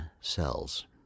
cells